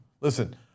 Listen